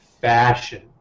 fashion